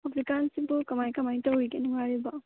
ꯍꯧꯖꯤꯛ ꯀꯥꯟꯁꯤꯕꯨ ꯀꯃꯥꯏ ꯀꯃꯥꯏ ꯇꯧꯔꯤꯒꯦ ꯅꯨꯉꯥꯏꯔꯤꯕꯣ